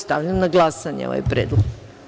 Stavljam na glasanje ovaj predlog.